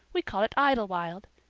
we call it idlewild.